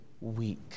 weak